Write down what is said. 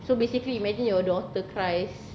so basically imagine your daughter cries